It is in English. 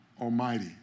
almighty